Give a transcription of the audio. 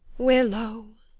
willow,